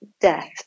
death